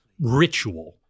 ritual